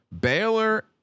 Baylor